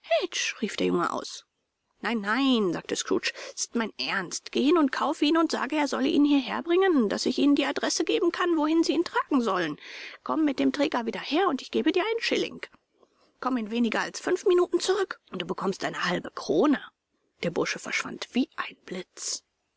rief der junge aus nein nein sagte scrooge s ist mein ernst geh hin und kaufe ihn und sage sie sollen ihn hierher bringen daß ich ihnen die adresse geben kann wohin sie ihn tragen sollen komm mit dem träger wieder her und ich gebe dir einen schilling komm in weniger als fünf minuten zurück und du bekommst eine halbe krone der bursche verschwand wie ein blitz